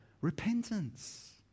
Repentance